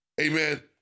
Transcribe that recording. amen